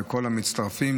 ולכל המצטרפים.